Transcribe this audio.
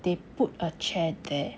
they put a chair there